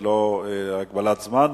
ללא הגבלת זמן,